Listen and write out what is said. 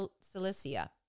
Cilicia